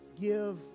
give